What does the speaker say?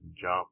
jump